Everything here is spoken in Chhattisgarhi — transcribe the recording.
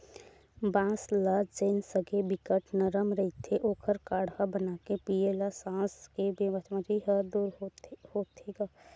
बांस ल जेन समे बिकट नरम रहिथे ओखर काड़हा बनाके पीए ल सास के बेमारी ह दूर होथे गा